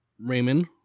Raymond